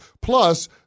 Plus